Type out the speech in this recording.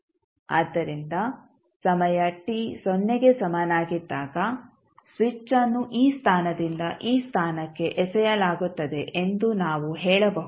ಆದ್ದರಿಂದ ಸಮಯ t ಸೊನ್ನೆಗೆ ಸಮನಾಗಿದ್ದಾಗ ಸ್ವಿಚ್ಅನ್ನು ಈ ಸ್ಥಾನದಿಂದ ಈ ಸ್ಥಾನಕ್ಕೆ ಎಸೆಯಲಾಗುತ್ತದೆ ಎಂದು ನಾವು ಹೇಳಬಹುದು